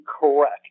correct